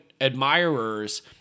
admirers